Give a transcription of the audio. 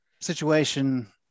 situation